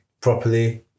properly